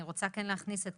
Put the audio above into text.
אני רוצה כן להכניס את